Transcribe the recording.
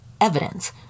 evidence